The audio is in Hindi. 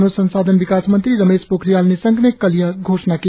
मानव संसाधन विकास मंत्री रमेश पोखरियाल निशंक ने कल यह घोषणा की